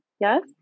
Yes